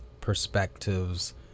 perspectives